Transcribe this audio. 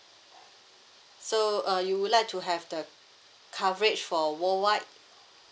so uh you would like to have the coverage for worldwide